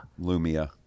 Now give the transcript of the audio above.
Lumia